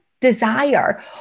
desire